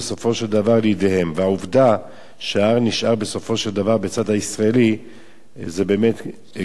והעובדה שההר נשאר בסופו של דבר בצד הישראלי גרמה להם לאכזבה רבה.